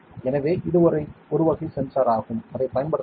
எனவே இது ஒரு வகை சென்சார் ஆகும் அதை பயன்படுத்தலாம்